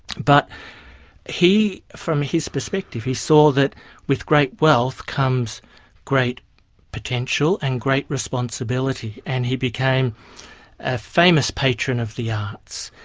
but he, from his perspective, he saw that with great wealth comes great potential and great responsibility, and he became a famous patron of the arts.